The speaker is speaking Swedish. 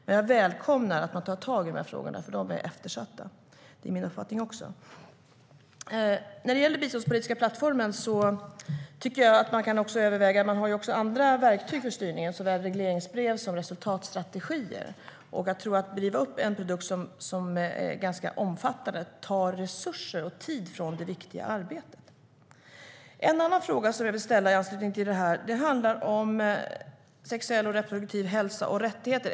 Men jag välkomnar att man tar tag i de här frågorna, för det är också min uppfattning att de är eftersatta. En annan fråga som jag vill ställa i anslutning till detta handlar om SRHR, alltså sexuell och reproduktiv hälsa och rättigheter.